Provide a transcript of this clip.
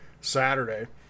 Saturday